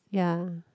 ya